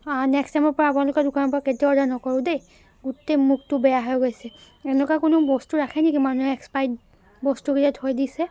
আৰু নেক্সট টাইমৰ পৰা আপোনালোকৰ দোকানৰ পৰা কেতিয়া অৰ্ডাৰ নকৰোঁ দেই গোটেই মুখটো বেয়া হৈ গৈছে এনেকুৱা কোনো বস্তু ৰাখে নেকি মানুহে এক্সপায়াৰ্ড বস্তুবিলাক থৈ দিছে